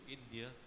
India